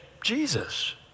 Jesus